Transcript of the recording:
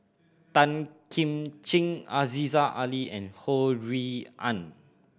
Tan Kim Ching Aziza Ali and Ho Rui An